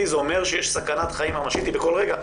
זה אומר שיש סכנת חיים ממשית בכל רגע.